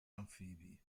anfibi